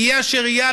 יהיה אשר יהיה,